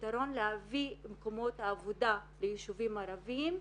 הפתרון להביא מקומות עבודה ליישובים ערבים,